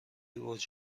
اوج